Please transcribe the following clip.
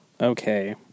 Okay